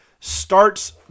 starts